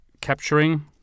capturing